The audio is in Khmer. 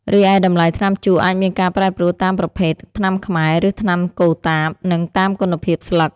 រីឯតម្លៃថ្នាំជក់អាចមានការប្រែប្រួលតាមប្រភេទ ថ្នាំខ្មែរ ឬថ្នាំកូតាប និងតាមគុណភាពស្លឹក។